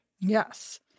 Yes